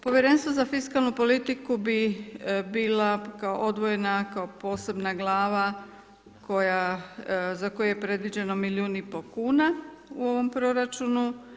Povjerenstvo za fiskalnu politiku bi bila kao odvojena, kao posebna glava za koju je predviđeno milijun i pol kuna u ovom proračunu.